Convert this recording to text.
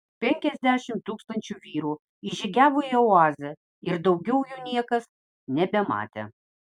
penkiasdešimt tūkstančių vyrų įžygiavo į oazę ir daugiau jų niekas nebematė